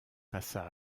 passa